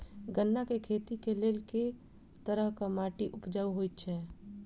गन्ना केँ खेती केँ लेल केँ तरहक माटि उपजाउ होइ छै?